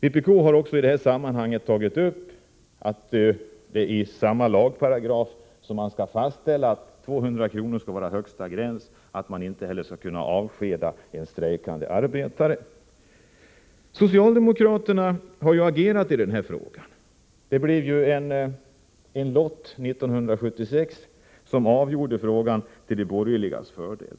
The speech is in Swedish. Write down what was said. Vpk har också i detta sammanhang föreslagit att det i samma lagparagraf — Nr 22 som det skall stå att högsta gränsen för skadestånd skall vara 200 kr. också ö E Onsdagen den skall fastställas att en strejkande arbetare inte får avskedas. 7 november 1984 Socialdemokraterna har agerat i den här frågan. År 1976 avgjordes frågan med lottens hjälp till de borgerligas fördel.